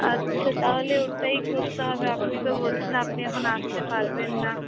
আচ্ছা তাহলে ওটাই করতে হবে আপনি তো বলছেন আপনি এখন আসতে পারবেন না